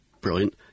brilliant